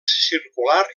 circular